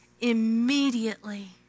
immediately